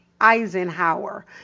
Eisenhower